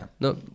No